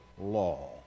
law